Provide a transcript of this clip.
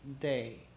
day